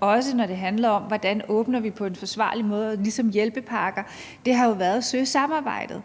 også når det har handlet om, hvordan vi åbner på en forsvarlig måde, har jo ligesom med hjælpepakkerne været at søge samarbejdet.